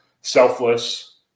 selfless